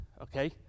okay